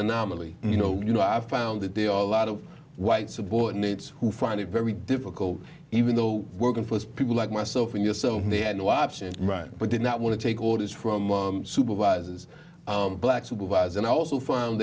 anomaly you know you know i've found that they are a lot of white subordinates who find it very difficult even though working for people like myself and yourself they had no option but did not want to take orders from supervisors black supervise and also found